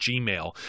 Gmail